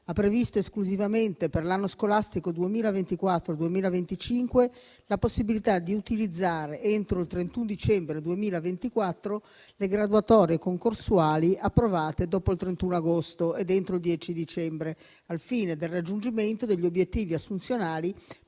ha previsto, esclusivamente per l'anno scolastico 2024-2025, la possibilità di utilizzare, entro il 31 dicembre 2024, le graduatorie concorsuali approvate dopo il 31 agosto ed entro il 10 dicembre, al fine del raggiungimento degli obiettivi assunzionali